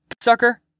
Sucker